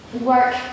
work